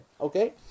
okay